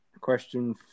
Question